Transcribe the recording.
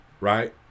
right